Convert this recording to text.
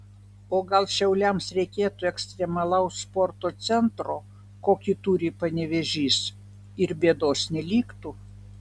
o gal šiauliams reikėtų ekstremalaus sporto centro kokį turi panevėžys ir bėdos neliktų